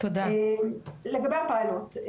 לגבי הפיילוט,